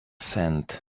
sand